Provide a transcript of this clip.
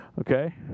okay